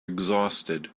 exhausted